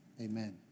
Amen